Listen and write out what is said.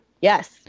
yes